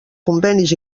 convenis